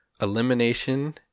Elimination